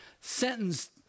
sentenced